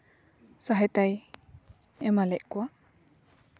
ᱥᱚᱦᱟᱭᱚᱛᱟᱭ ᱮᱢᱟ ᱞᱮᱜ ᱠᱚᱣᱟ